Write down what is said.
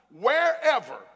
Wherever